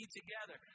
together